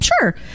sure